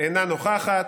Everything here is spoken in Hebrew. אינה נוכחת,